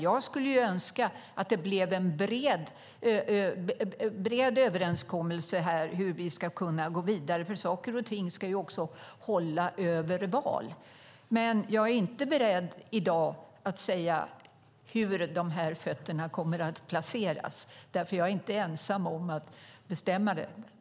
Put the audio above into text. Jag skulle önska att det blev en bred överenskommelse om hur vi ska kunna gå vidare, för saker och ting ska ju också hålla över val. Men jag är inte beredd i dag att säga hur de här fötterna kommer att placeras, för jag är inte ensam om att bestämma det.